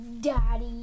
Daddy